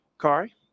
Kari